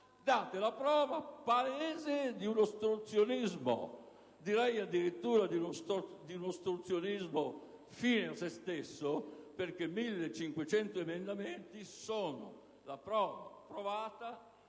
date la prova palese di un ostruzionismo direi addirittura fine a se stesso, perché 1.500 emendamenti sono la prova provata